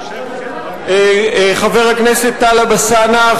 חבר הכנסת טלב אלסאנע,